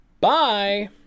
Bye